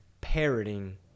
parroting